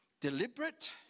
deliberate